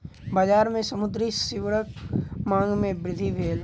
बजार में समुद्री सीवरक मांग में वृद्धि भेल